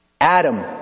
Adam